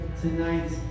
tonight